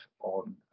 on